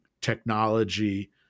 technology